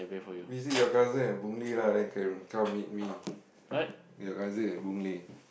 visit your cousin at Boon Lay lah then can come meet me your cousin at Boon Lay